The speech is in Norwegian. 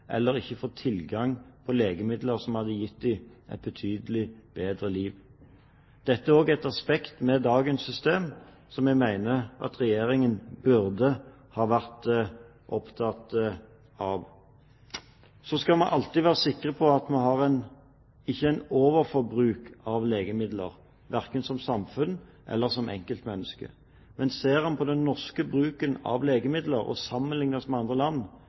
eller de får ikke tilgang til legemidler som hadde gitt dem et betydelig bedre liv. Dette er også et aspekt ved dagens system som jeg mener Regjeringen burde ha vært opptatt av. Man skal alltid være sikker på at man ikke har et overforbruk av legemidler, verken som samfunn eller som enkeltmenneske. Men ser en på den norske bruken av legemidler og sammenligner oss med andre land,